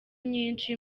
nyinshi